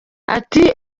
ati